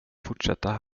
fortsätta